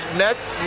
next